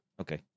okay